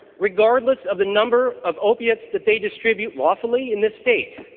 regardless of the number of opioids that they distribute lawfully in the state